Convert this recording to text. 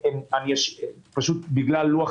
בגלל לוח